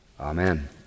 Amen